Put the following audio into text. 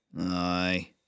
Aye